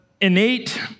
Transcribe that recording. Innate